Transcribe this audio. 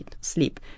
sleep